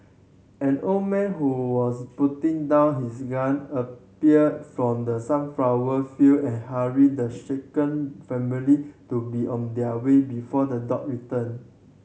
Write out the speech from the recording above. an old man who was putting down his gun appeared from the sunflower field and hurried the shaken family to be on their way before the dog return